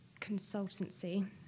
consultancy